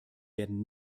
werden